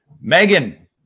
Megan